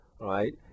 right